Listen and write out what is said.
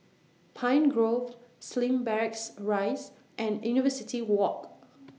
Pine Grove Slim Barracks Rise and University Walk